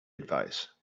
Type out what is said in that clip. advice